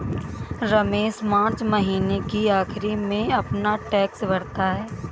Ramesh March महीने के आखिरी में अपना टैक्स भरता है